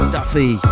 Duffy